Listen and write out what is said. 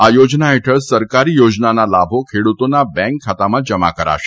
આ યોજના હેઠળ સરકારી યોજનાના લાભો ખેડૂતોના બેંક ખાતામાં જમા કરાશે